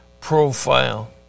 profile